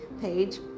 page